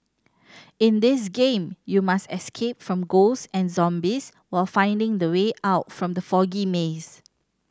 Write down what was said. in this game you must escape from ghost and zombies while finding the way out from the foggy maze